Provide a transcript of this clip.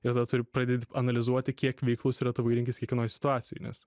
ir tada tu ir pradedi analizuoti kiek veiklus yra tavo įrankis kiekvienoj situacijoj nes